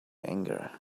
anger